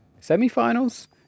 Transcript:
semi-finals